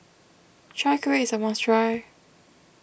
Chai Kueh is a must try